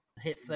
Hit